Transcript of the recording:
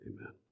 Amen